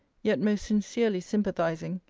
yet most sincerely sympathizing,